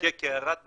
רק כהערת ביניים.